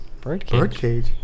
Birdcage